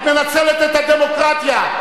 את מנצלת את הדמוקרטיה.